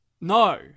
no